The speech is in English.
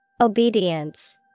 Obedience